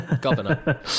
Governor